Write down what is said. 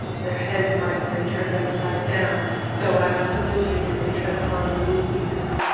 their heads might have been turned upside-down, so absolutely did they tread upon blue ether.